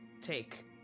take